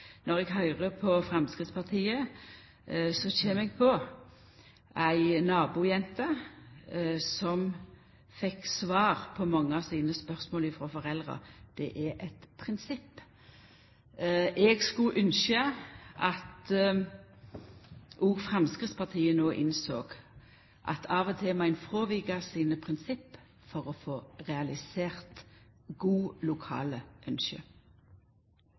når eg høyrer på Framstegspartiet, kjem eg på ei nabojente som fekk til svar på mange av sine spørsmål frå foreldra – det er eit prinsipp! Eg skulle ynskt at òg Framstegspartiet no innsåg at av og til må ein fråvika prinsippa sine for å få realisert gode, lokale